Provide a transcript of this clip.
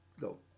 Go